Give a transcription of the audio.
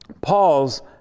Paul's